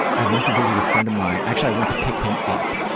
i went to visit a friend of mine, actually i went to pick him up,